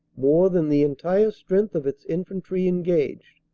more than the entire strength of its infantry engaged,